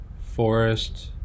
forest